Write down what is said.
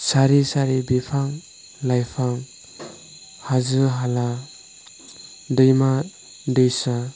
सारि सारि बिफां लाइफां हाजो हाला दैमा दैसा